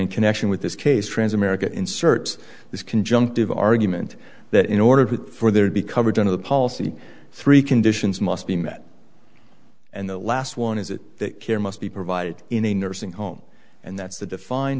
in connection with this case trans america insert this conjunctive argument that in order for there to be coverage of the policy three conditions must be met and the last one is it that care must be provided in a nursing home and that's the defined